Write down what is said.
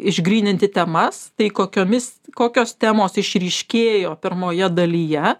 išgryninti temas tai kokiomis kokios temos išryškėjo pirmoje dalyje